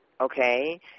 okay